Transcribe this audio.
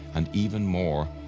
and even more,